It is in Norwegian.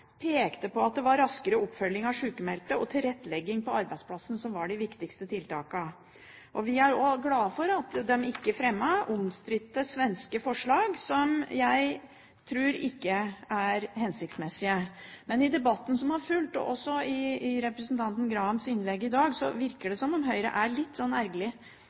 pekte på at det var raskere oppfølging av sykmeldte og tilrettelegging på arbeidsplassen som var de viktigste tiltakene. Vi er også glad for at den ikke fremmet omstridte svenske forslag, som jeg ikke tror er hensiktsmessig. Men i debatten som har fulgt, og også i representanten Grahams innlegg i dag, virker det som om Høyre er litt